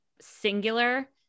singular